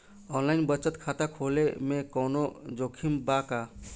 Online बचत खाता खोले में कवनो जोखिम बा का?